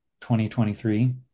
2023